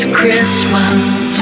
Christmas